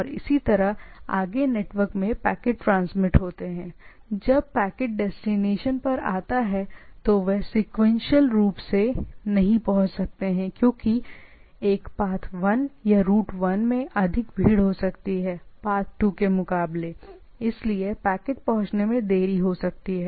फिर भी डेस्टिनेशन है और यही नहीं एक बार इस प्रकार की स्थिति आने के बाद आप गारंटी नहीं दे सकते हैं कि वे सीक्वेंशियल रूप से पहुंच सकते हैं क्योंकि एक कहता है कि पाथ 1 या रूट 1 मैं अधिक भीड़ हो सकता है पाथ 2 के मुकाबले इसलिए देरी होगी